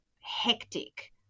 hectic